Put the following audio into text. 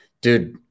dude